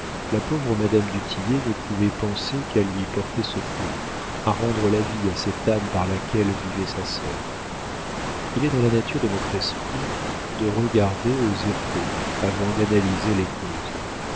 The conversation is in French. la pauvre madame du tillet ne pouvait penser qu'à lui porter secours à rendre la vie à cette âme par laquelle vivait sa sœur il est dans la nature de notre esprit de regarder aux effets avant d'analyser les causes